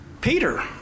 Peter